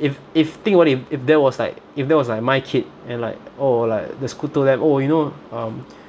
if if think what if if there was like if that was like my kid and like oh like the school told them oh you know um